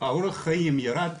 אורך החיים ירד,